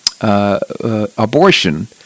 Abortion